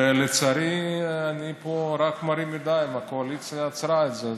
ולצערי אני פה מרים ידיים, הקואליציה עצרה את זה.